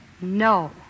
No